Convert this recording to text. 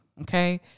okay